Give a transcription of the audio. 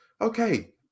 okay